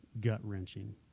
gut-wrenching